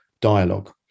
dialogue